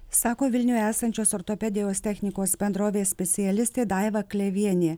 sako vilniuje esančios ortopedijos technikos bendrovės specialistė daiva klevienė